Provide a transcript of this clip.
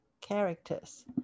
characters